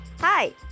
Hi